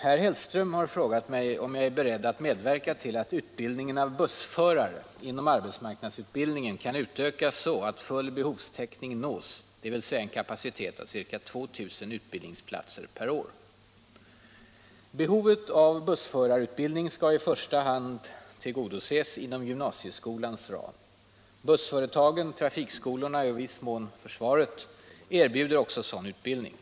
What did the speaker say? Herr Hellström har frågat mig om jag är beredd att medverka till att utbildningen av bussförare inom arbetsmarknadsutbildningen kan utökas så, att full behovstäckning nås, dvs. en kapacitet av ca 2000 utbildningsplatser per år. Behovet av bussförarutbildning skall i första hand tillgodoses inom gymnasieskolans ram. Bussföretagen, trafikskolorna och i viss mån försvaret erbjuder också sådan utbildning.